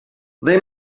they